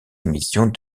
émissions